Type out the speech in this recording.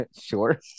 sure